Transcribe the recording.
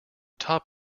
top